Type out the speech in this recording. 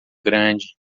grande